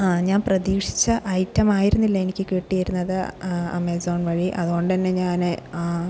ആ ഞാൻ പ്രതീക്ഷിച്ച ഐറ്റമായിരുന്നില്ല എനിക്ക് കിട്ടിയിരുന്നത് ആമസോൺ വഴി അതുകൊണ്ട് തന്നെ ഞാന്